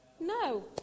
No